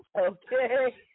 Okay